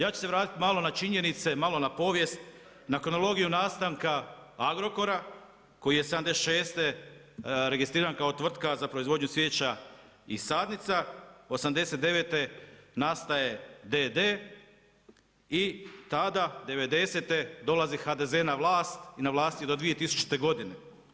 Ja ću se vratiti malo na činjenice, malo na povijest, na kronologiju nastanka Agrokora koji je '76. registriran kao tvrtka za proizvodnju cvijeća i sadnica, '89. nastaje d.d. i tada '90.-te dolazi HDZ na vlast i na vlasti je do 2000. godine.